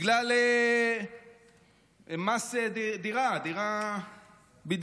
בגלל מס דירה, מע"מ אפס.